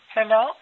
Hello